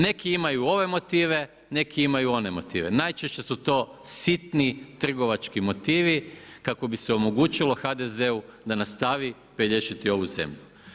Neki imaju ove motive, neki imaju one motive, najčešće su to sitni trgovački motivi, kako bi se omogućilo HDZ-u da nastavi pelješiti ovu zemlju.